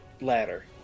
ladder